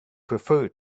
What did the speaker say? prefer